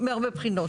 מהרבה בחינות.